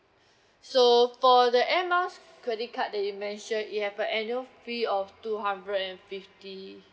so for the air miles credit card that you mention it have a annual fee of two hundred and fifty